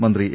മന്ത്രി എ